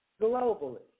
globally